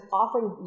offering